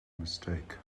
mistake